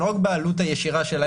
לא רק בעלות הישירה שלה,